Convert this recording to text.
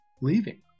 leaving